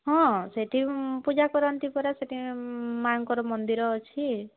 ହଁ ସେଇଠି ପୂଜା କରନ୍ତି ପରା ସେଇଠି ମାଆଙ୍କର ମନ୍ଦିର ଅଛି